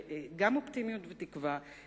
גם אופטימיות ותקווה,